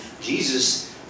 Jesus